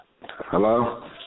Hello